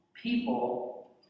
People